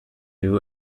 new